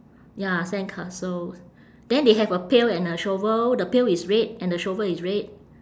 ya sandcastles then they have a pail and a shovel the pail is red and the shovel is red